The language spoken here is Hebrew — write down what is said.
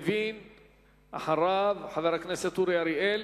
הם מהווים בעיה חברתית, והם צרה צרורה של המדינה.